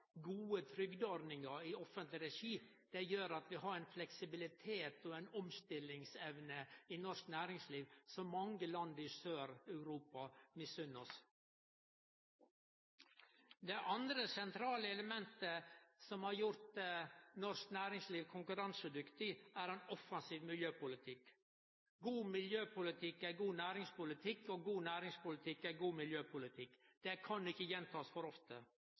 gode trygdeordningar i offentleg regi, gjer at vi har ein fleksibilitet og ei omstillingsevne i norsk næringsliv som mange land i Sør-Europa misunner oss. Det andre sentrale elementet som har gjort norsk næringsliv konkurransedyktig, er ein offensiv miljøpolitikk. God miljøpolitikk er god næringspolitikk, og god næringspolitikk er god miljøpolitikk – det kan ikkje gjentakast for ofte.